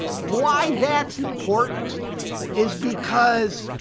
why that's important is because,